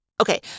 Okay